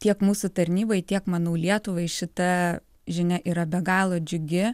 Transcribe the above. tiek mūsų tarnybai tiek manau lietuvai šita žinia yra be galo džiugi